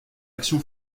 action